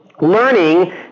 Learning